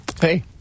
Hey